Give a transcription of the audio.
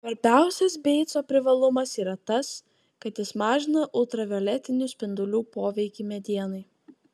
svarbiausias beico privalumas yra tas kad jis mažina ultravioletinių spindulių poveikį medienai